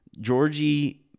Georgie